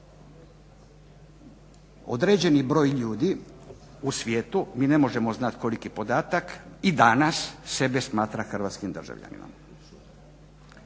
Određeni broj ljudi u svijetu, mi ne možemo znati koliki podatak i danas sebe smatra hrvatskim državljanima,